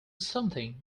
something